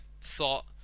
thought